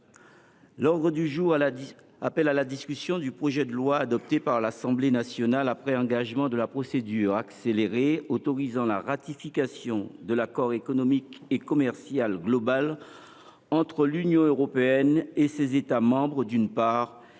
Écologiste – Kanaky, la discussion du projet de loi, adopté par l’Assemblée nationale après engagement de la procédure accélérée, autorisant la ratification de l’accord économique et commercial global entre l’Union européenne et ses États membres, d’une part, et